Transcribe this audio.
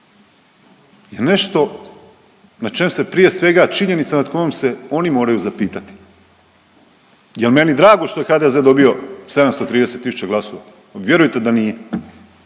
je nešto na čem se prije svega činjenica nad kojom se oni moraju zapitati. Jel meni drago što je HDZ dobio 730 tisuća glasova, vjerujte da nije.